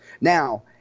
Now